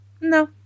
No